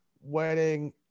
wedding